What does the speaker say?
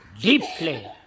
deeply